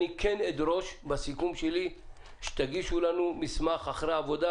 -- אדרוש בסיכום שלי שתגישו לנו מסמך אחרי עבודה